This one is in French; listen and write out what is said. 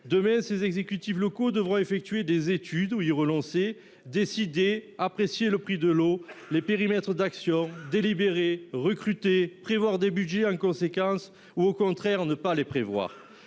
demain, les exécutifs locaux devront effectuer des études ou y renoncer, décider, apprécier le prix de l’eau, les périmètres d’action, délibérer, recruter, prévoir des budgets en conséquence, ou au contraire ne pas les prévoir.